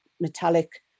metallic